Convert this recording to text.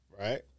right